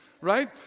right